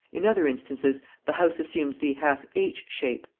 in other instances the house assumes the half h shape,